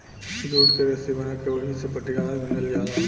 jute के रसी बना के ओहिसे पटिहाट बिनल जाला